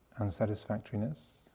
unsatisfactoriness